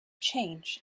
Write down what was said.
change